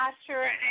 sure